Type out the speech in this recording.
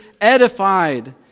edified